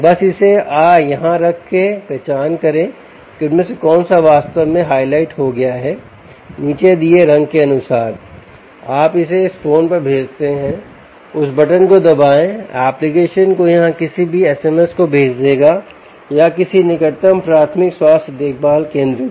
बस इसे यहाँ रखें पहचान करें कि उनमें से कौन सा वास्तव में हाइलाइट हो गया है नीचे दिए गए रंग के अनुसार आप इसे इस फोन पर भेजते हैं उस बटन को दबाएं एप्लिकेशन को यहां किसी भी एसएमएस को भेज देगा या किसी निकटतम प्राथमिक स्वास्थ्य देखभाल स्वास्थ्य केंद्र को